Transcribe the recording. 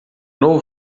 novo